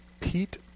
Pete